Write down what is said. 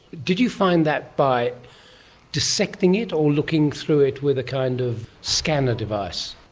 did you find that by dissecting it or looking through it with a kind of scanner device?